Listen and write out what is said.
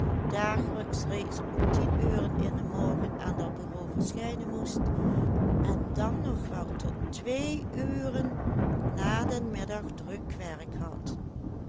dagelijks reeds om tien uren in den morgen aan dat bureau verschijnen moest en dan nog wel tot twee uren na den middag druk werk had